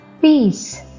Peace